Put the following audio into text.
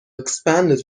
expanded